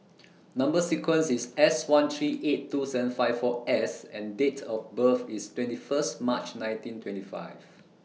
Number sequence IS S one three eight two seven five four S and Date of birth IS twenty First March nineteen twenty five